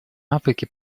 африки